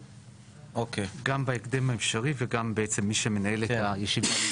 גם בהקדם האפשרי, וגם בעצם מי שמנהל את הישיבה.